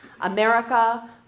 America